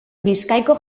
bizkaiko